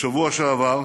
בשבוע שעבר,